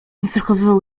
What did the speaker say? zachowywał